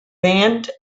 band